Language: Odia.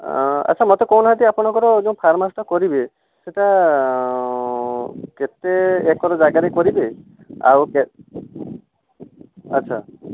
ଆ ଆଚ୍ଛା ମୋତେ କହୁ ନାହାନ୍ତି ଆପଣଙ୍କର ଯେଉଁ ଫାର୍ମହାଉସଟା କରିବେ ସେଇଟା କେତେ ଏକର ଜାଗାରେ କରିବେ ଆଉ କେତ ଆଚ୍ଛା